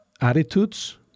attitudes